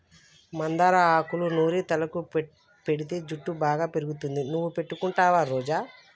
మందార ఆకులూ నూరి తలకు పెటితే జుట్టు బాగా పెరుగుతుంది నువ్వు పెట్టుకుంటావా రోజా